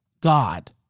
God